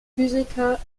physiker